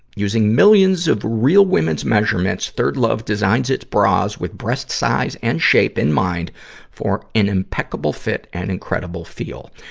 using millions of real women's measurements, third love designs its bras with breast size and shape in mind for an impeccable fit and incredible feel.